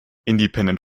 independent